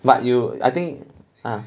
but you I think ah